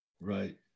right